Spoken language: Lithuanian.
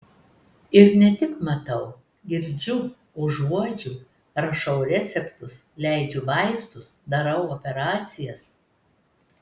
ir ne tik matau girdžiu užuodžiu rašau receptus leidžiu vaistus darau operacijas